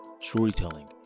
storytelling